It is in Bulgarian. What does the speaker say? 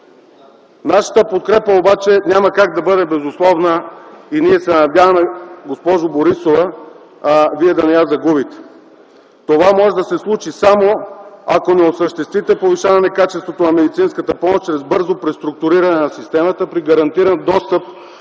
Нашата подкрепа обаче няма как да бъде безусловна и ние се надяваме, госпожо Борисова, Вие да не я загубите. Това може да се случи само: Ако не осъществите повишаване качеството на медицинската помощ чрез бързо преструктуриране на системата при гарантиран достъп